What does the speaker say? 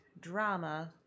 drama